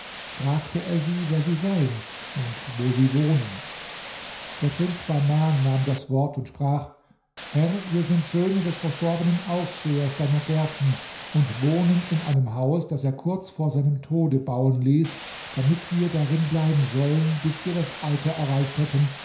fragte er sie wer sie seien und wo sie wohnen der prinz bahman nahm das wort und sprach herr wir sind söhne des verstorbenen aufsehers deiner gärten und wohnen in einem haus das er kurz vor seinem tode bauen ließ damit wir darin bleiben sollen bis wir das alter erreicht hätten